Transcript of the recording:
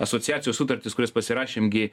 asociacijos sutartys kurias pasirašėm gi